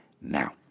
now